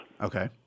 Okay